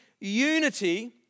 unity